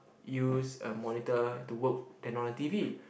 use a monitor to work and on the T_V